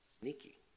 Sneaky